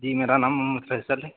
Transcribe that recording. جی میرا نام محمد فیصل ہے